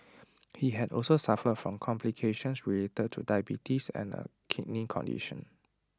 he had also suffered from complications related to diabetes and A kidney condition